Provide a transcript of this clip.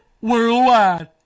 Worldwide